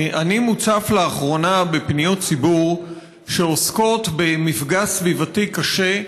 אני מוצף לאחרונה בפניות ציבור שעוסקות במפגע סביבתי קשה,